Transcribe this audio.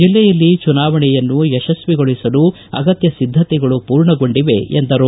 ಜಿಲ್ಲೆಯಲ್ಲಿ ಚುನಾವಣೆಯನ್ನು ಯಶಸ್ವಿಗೊಳಿಸಲು ಅಗತ್ತ ಸಿದ್ದತೆಗಳು ಪೂರ್ಣಗೊಂಡಿವೆ ಎಂದರು